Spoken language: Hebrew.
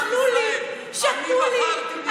מספיק כבר עם ה"אכלו לי, שתו לי".